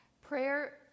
Prayer